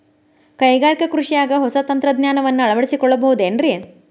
ಕೈಗಾರಿಕಾ ಕೃಷಿಯಾಗ ಹೊಸ ತಂತ್ರಜ್ಞಾನವನ್ನ ಅಳವಡಿಸಿಕೊಳ್ಳಬಹುದೇನ್ರೇ?